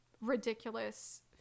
ridiculous